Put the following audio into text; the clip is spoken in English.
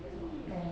and